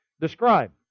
describe